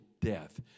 death